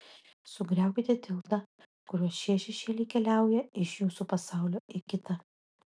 sugriaukite tiltą kuriuo šie šešėliai keliauja iš jūsų pasaulio į kitą